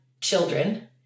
children